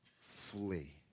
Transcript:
flee